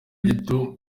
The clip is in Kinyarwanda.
gito